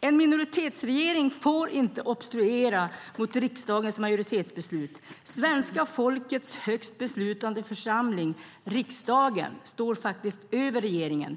En minoritetsregering får inte obstruera mot riksdagens majoritetsbeslut. Svenska folkets högst beslutande församling, riksdagen, står faktiskt över regeringen.